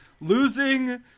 losing